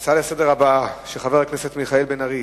ההצעה הבאה לסדר-היום, של חבר הכנסת מיכאל בן-ארי,